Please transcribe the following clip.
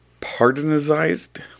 pardonized